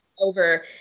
Over